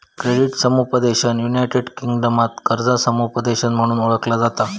credit समुपदेशन United किंगडमात कर्जा समुपदेशन म्हणून ओळखला जाता